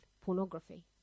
pornography